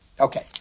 Okay